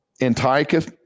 Antiochus